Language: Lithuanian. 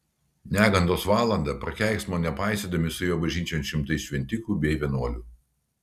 negandos valandą prakeiksmo nepaisydami suėjo bažnyčion šimtai šventikų bei vienuolių